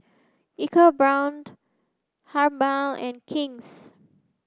EcoBrown Habhal and King's